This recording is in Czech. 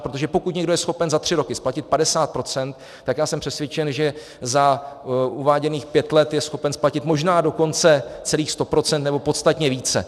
Protože pokud někdo je schopen za tři roky splatit 50 %, tak jsem přesvědčen, že za uváděných pět let je schopen splatit možná dokonce celých 100 % nebo podstatně více.